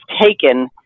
taken